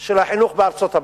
של החינוך בארצות-הברית.